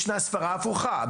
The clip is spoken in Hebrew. יש סברה הפוכה.